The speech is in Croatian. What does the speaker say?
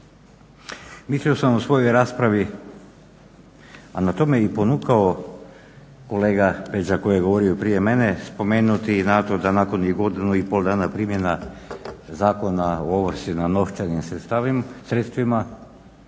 Mislio sam u svojoj raspravi, a na to me i ponukao kolega Pedža koji je govorio prije mene, spomenuti i na to da nakon godinu i pol primjena Zakona o ovrsi na novčanim sredstvima